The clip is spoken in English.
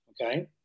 Okay